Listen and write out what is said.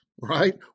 right